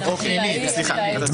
אוקיי, סליחה, אתה צודק.